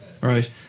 Right